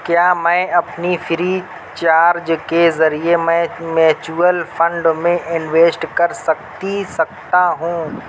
کیا میں اپنی فری چارج کے ذریعے میں میچوئل فنڈ میں انویسٹ کر سکتی سکتا ہوں